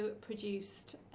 produced